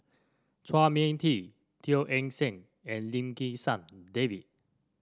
Chua Mia Tee Teo Eng Seng and Lim Kim San David